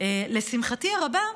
לשמחתי הרבה,